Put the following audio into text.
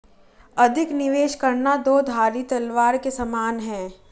अधिक निवेश करना दो धारी तलवार के समान है